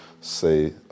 say